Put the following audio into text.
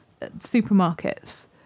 supermarkets